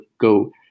go